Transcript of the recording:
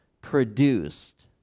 produced